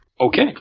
Okay